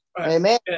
Amen